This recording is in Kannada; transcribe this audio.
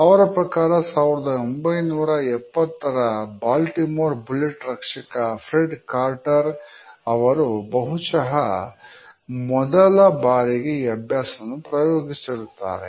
ಅವರ ಪ್ರಕಾರ 1970ರ ಬಾಲ್ಟಿಮೋರ್ ಬುಲೆಟ್ ರಕ್ಷಕ ಫ್ರೆಡ್ ಕಾರ್ಟರ್ ಅವರು ಬಹುಶಹ ಮೊದಲ ಬಾರಿಗೆ ಈ ಅಭ್ಯಾಸವನ್ನು ಪ್ರಯೋಗಿಸುತ್ತಾರೆ